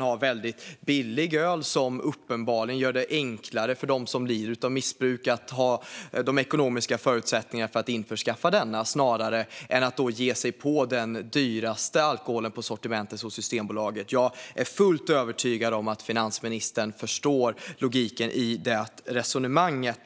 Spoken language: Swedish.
har väldigt billig öl, som uppenbarligen gör det enklare för dem som lider av missbruk att ha de ekonomiska förutsättningarna att införskaffa denna, snarare än att ge sig på den dyraste alkoholen i sortimentet hos Systembolaget. Jag är fullt övertygad om att finansministern förstår logiken i det resonemanget.